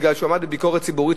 כי הוא עמד בביקורת ציבורית,